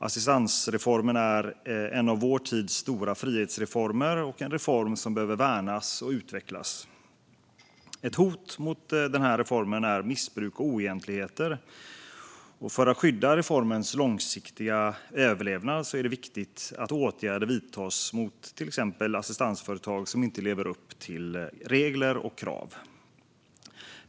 Assistansreformen är en av vår tids stora frihetsrefor-mer och en reform som behöver värnas och utvecklas. Ett hot mot reformen är missbruk och oegentligheter. För att skydda reformens långsiktiga överlevnad är det därför viktigt att åtgärder vidtas mot exempelvis assistansföretag som inte lever upp till regler och krav.